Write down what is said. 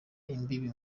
imbibi